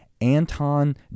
anton